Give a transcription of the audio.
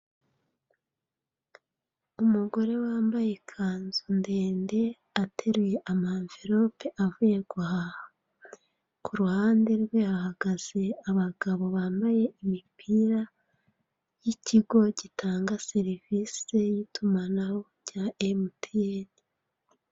Umugore wambaye ikanzu ndende ateruye amanvilope avuye guhaha, ku ruhande rwe hahagaze abagabo bambaye imipira yi'ikigo gitanga serivise y'itumanaho cya Emutiyeni.